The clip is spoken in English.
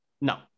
No